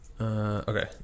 Okay